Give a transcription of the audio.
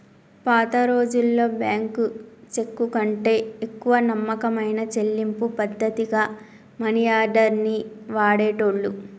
పాతరోజుల్లో బ్యేంకు చెక్కుకంటే ఎక్కువ నమ్మకమైన చెల్లింపు పద్ధతిగా మనియార్డర్ ని వాడేటోళ్ళు